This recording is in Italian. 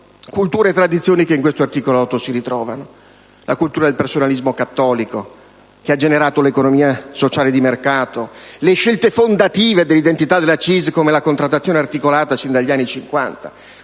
culture e tradizioni che nell'articolo 8 si ritrovano, come la cultura del personalismo cattolico che ha generato l'economia sociale di mercato; o le scelte fondative dell'identità della CISL, come la contrattazione articolata, sin dagli anni Cinquanta.